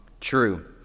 true